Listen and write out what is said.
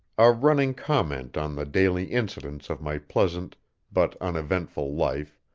a running comment on the daily incidents of my pleasant but uneventful life,